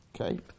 Okay